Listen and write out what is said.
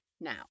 now